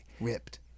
Ripped